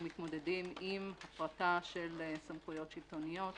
מתמודדים עם הפרטה של סמכויות שלטוניות,